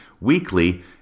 Weekly